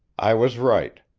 i was right.